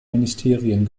ministerien